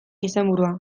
izenburua